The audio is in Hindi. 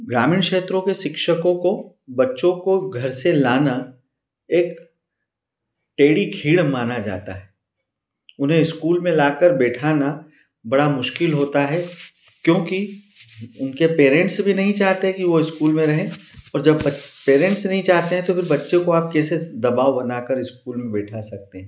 ग्रामीण क्षेत्रों के शिक्षकों को बच्चों को घर से लाना एक टेढ़ी खीर माना जाता है उन्हें स्कूल में लाकर बैठाना बड़ा मुश्किल होता है क्योंकि उनके पेरेन्ट्स भी नहीं चाहते कि वह स्कूल में रहें और जब पेरेन्ट्स नहीं चाहते हैं तो फिर बच्चे को आप कैसे दबाव बनाकर स्कूल में बैठा सकते हैं